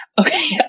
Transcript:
okay